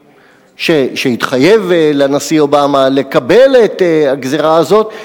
שהתחייב לנשיא אובמה לקבל את הגזירה הזאת,